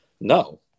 No